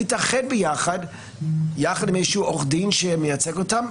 להתאחד ביחד עם איזשהו עורך דין שמייצג אותם,